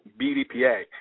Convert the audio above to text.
BDPA